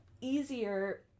easier